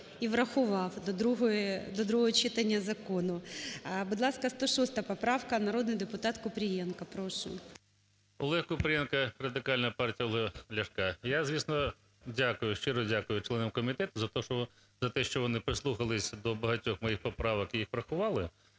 і врахував до другого читання закону. Будь ласка, 106 поправка. Народний депутатКупрієнко, прошу. 13:36:18 КУПРІЄНКО О.В. ОлегКупрієнко, Радикальна партія Олега Ляшка. Я, звісно, дякую, щиро дякую членам комітету за те, що вони прислухались до багатьох моїх поправок і їх врахували.